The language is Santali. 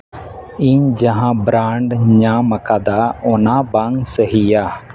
ᱤᱧ ᱡᱟᱦᱟᱸ ᱵᱨᱟᱱᱰᱤᱧ ᱧᱟᱢ ᱟᱠᱟᱫᱟ ᱚᱱᱟ ᱵᱟᱝ ᱥᱟᱹᱦᱤᱭᱟ